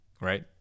right